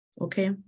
okay